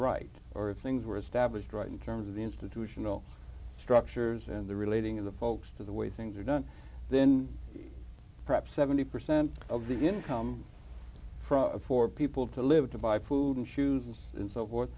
right or things were established right in terms of the institutional structures and the relating of the folks to the way things are done then perhaps seventy percent of the income for people to live to buy food and shoes and so forth